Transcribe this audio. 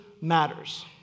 matters